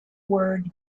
word